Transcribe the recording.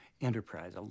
Enterprise